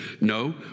No